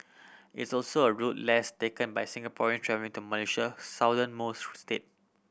it's also a route less taken by Singaporean travelling to Malaysia southernmost state